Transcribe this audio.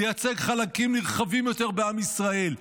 ייצג חלקים נרחבים יותר בעם ישראל,